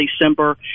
December